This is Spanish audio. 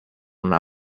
una